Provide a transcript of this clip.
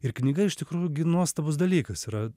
ir knyga iš tikrųjų gi nuostabus dalykas yra